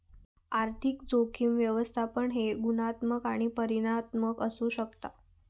आर्थिक जोखीम व्यवस्थापन हे गुणात्मक आणि परिमाणात्मक असू शकता